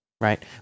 right